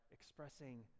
expressing